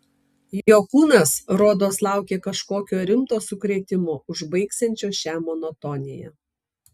jo kūnas rodos laukė kažkokio rimto sukrėtimo užbaigsiančio šią monotoniją